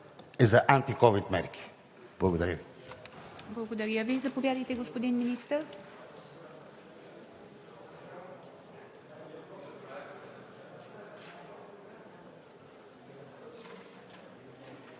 е за антиковид мерки? Благодаря.